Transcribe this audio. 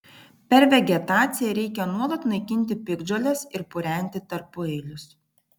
per vegetaciją reikia nuolat naikinti piktžoles ir purenti tarpueilius